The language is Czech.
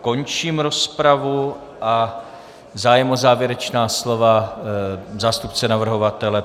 Končím rozpravu a zájem o závěrečná slova zástupce navrhovatele.